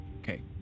Okay